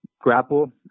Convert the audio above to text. grapple